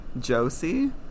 Josie